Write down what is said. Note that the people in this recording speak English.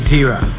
Tira